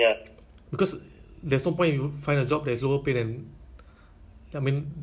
be~ orang melayu cakap um jangan apa